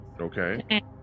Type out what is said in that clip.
okay